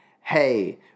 hey